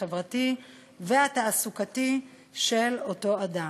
החברתי והתעסוקתי של אותו אדם.